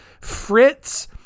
Fritz